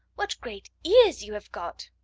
what great ears you have got!